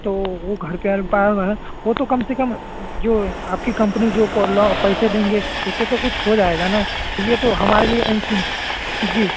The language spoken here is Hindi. तो वह घर के एम्पॉवर हुए हैं वह तो कम से कम जो है आपकी कंपनी जो पोलव पैसे देंगे उससे तो कुछ हो जाएगा ना यह तो हमारे लिए एंसुन जी